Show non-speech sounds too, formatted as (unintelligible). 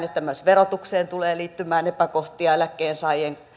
(unintelligible) että myös verotukseen tulee liittymään epäkohtia eläkkeensaajien